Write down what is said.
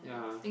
yeah